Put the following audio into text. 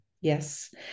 yes